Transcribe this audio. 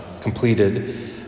completed